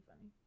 funny